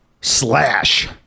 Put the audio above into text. Slash